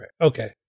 Okay